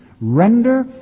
render